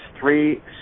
three